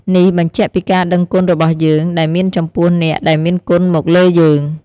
នេះបញ្ជាក់ពីការដឹងគុណរបស់យើង ដែលមានចំពោះអ្នកដែលមានគុណមកលើយើង។